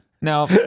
Now